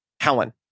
Helen